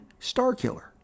Starkiller